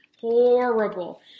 Horrible